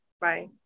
Bye